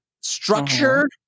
structure